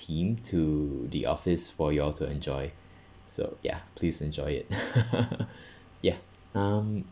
team to the office for you all to enjoy so ya please enjoy it ya um